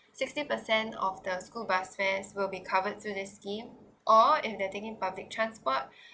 sixty percent of the school bus fares will be covered to this scheme or if they're taking public transport